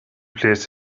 placed